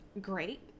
great